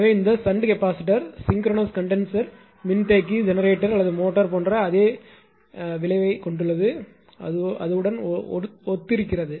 எனவே இந்த shunt capacitor synchronous condenser மின்தேக்கி ஜெனரேட்டர் அல்லது மோட்டார் போன்ற அதே விளைவைக் கொண்டுள்ளது ஒத்திருக்கிறது